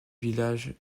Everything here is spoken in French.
village